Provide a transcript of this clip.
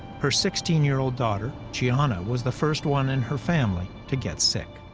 her sixteen year old daughter jianna was the first one in her family to get sick.